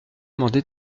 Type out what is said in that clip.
mandé